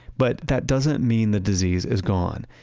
but that doesn't mean the disease is gone.